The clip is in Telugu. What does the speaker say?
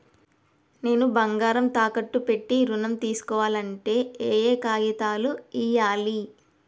నేను బంగారం తాకట్టు పెట్టి ఋణం తీస్కోవాలంటే ఏయే కాగితాలు ఇయ్యాలి?